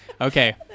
Okay